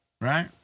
right